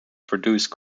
produce